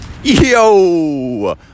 Yo